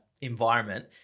environment